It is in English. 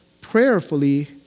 prayerfully